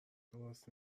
درست